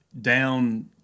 down